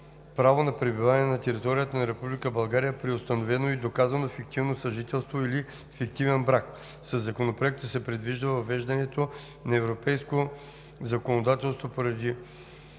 право на пребиваване на територията на Република България при установено и доказано фиктивно съжителство или фиктивен брак. Със Законопроекта се предвижда въвеждане на европейско законодателство, поради